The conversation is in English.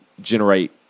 generate